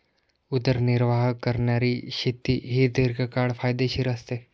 उदरनिर्वाह करणारी शेती ही दीर्घकाळ फायदेशीर असते